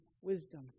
wisdom